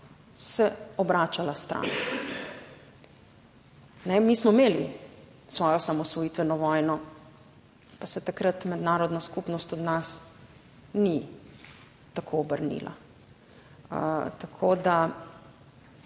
se obračala stran. Mi smo imeli svojo osamosvojitveno vojno, pa se takrat mednarodna skupnost od nas ni tako obrnila. Tako da